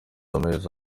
amezi